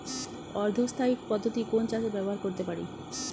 অর্ধ স্থায়ী পদ্ধতি কোন চাষে ব্যবহার করতে পারি?